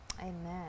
Amen